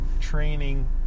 training